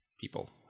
people